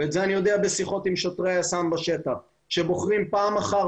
ואת זה אני יודע משיחות עם שוטרי היס"מ בשטח שבוחרים פעם אחר